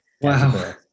Wow